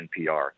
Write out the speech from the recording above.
NPR